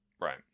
right